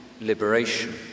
liberation